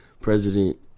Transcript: president